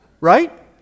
Right